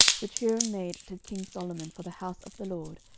which hiram made to king solomon for the house of the lord,